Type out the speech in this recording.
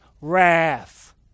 wrath